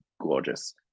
gorgeous